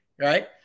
right